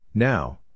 Now